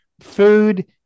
food